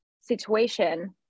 situation